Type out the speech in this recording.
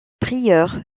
prieur